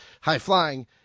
high-flying